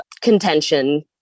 contention